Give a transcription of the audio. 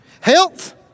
Health